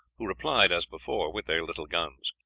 who replied, as before, with their little guns.